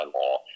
law